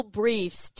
briefs